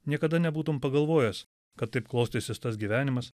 niekada nebūtum pagalvojęs kad taip klostysis tas gyvenimas